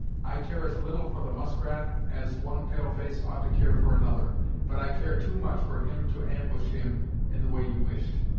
i care as little for the muskrat, as one pale-face ought to care for another but i care too much for him to ambush him in the way you wished.